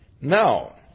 Now